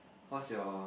how's your